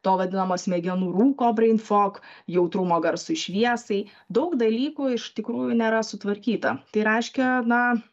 to vadinamo smegenų rūko brain fog jautrumo garsui šviesai daug dalykų iš tikrųjų nėra sutvarkyta tai reiškia na